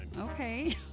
okay